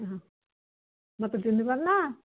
ମୋତେ ଚିହ୍ନି ପାରୁ ନ